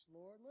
Lord